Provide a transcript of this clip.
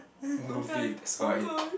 no faith that's why